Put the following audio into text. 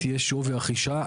ושיש פסק דין כמובן לחלוקת רכוש.